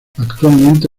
actualmente